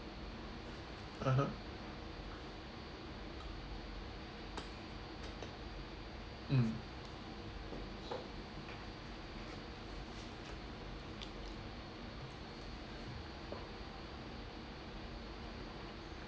(uh huh) mm